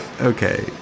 Okay